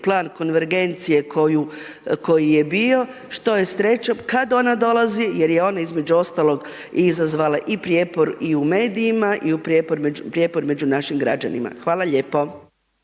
plan konvergencije koji je bio, što je s trećom, kada ona dolazi, jer je ona između ostalog izazvala i prijepor i u medijima i prijepor među našim građanima. Hvala lijepo.